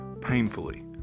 painfully